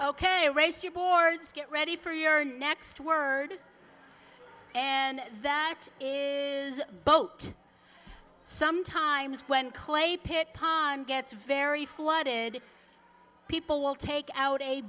ok race you boards get ready for your next word and that boat sometimes when clay pit pond gets very flooded people will take out a